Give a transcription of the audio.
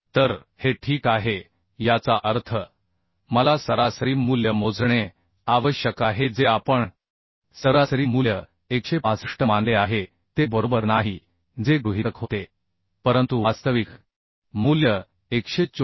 तर हे ठीक आहे याचा अर्थ मला सरासरी मूल्य मोजणे आवश्यक आहे जे आपण सरासरी मूल्य 165 मानले आहे ते बरोबर नाही जे गृहितक होते परंतु वास्तविक मूल्य 124